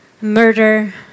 murder